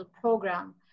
program